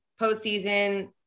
Postseason